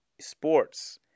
sports